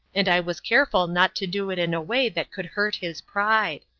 and i was careful not to do it in a way that could hurt his pride.